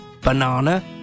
banana